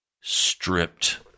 stripped